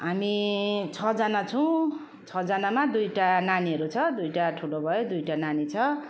हामी छजना छौँ छजनामा दुइवटा नानीहरू छ दुइवटा ठुलो भयो दुइवटा नानी छ